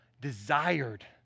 desired